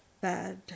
bad